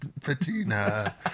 patina